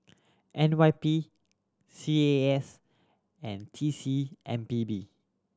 N Y P C A A S and T C M P B